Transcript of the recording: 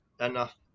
Enough